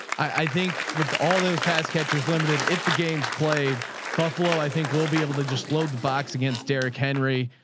i think with all those past catchers limited, if the games played buffalo, i think we'll be able to just load the box against derek henry.